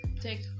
take